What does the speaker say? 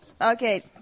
Okay